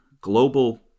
global